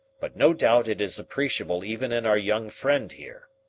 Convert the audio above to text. but no doubt it is appreciable even in our young friend here.